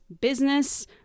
business